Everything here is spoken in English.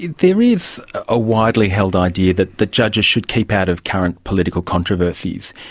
there is a widely held idea that that judges should keep out of current political controversies,